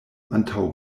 antaŭ